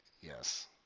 Yes